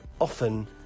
often